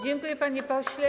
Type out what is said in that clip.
Dziękuję, panie pośle.